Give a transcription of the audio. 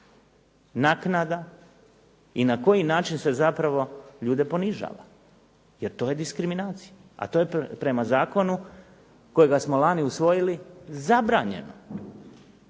naknada i na koji način se zapravo ljude ponižava jer to je diskriminacija a to je prema zakonu kojega smo lani usvojili zabranjeno.